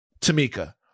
Tamika